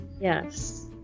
Yes